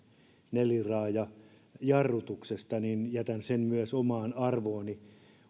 neliraajajarrutuksessa jätän sen omaan arvoonsa